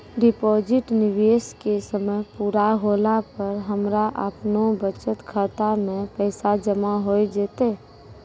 Deposit निवेश के समय पूरा होला पर हमरा आपनौ बचत खाता मे पैसा जमा होय जैतै?